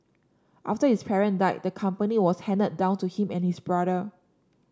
after his parent died the company was handed down to him and his brother